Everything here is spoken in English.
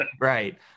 right